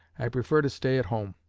i prefer to stay at home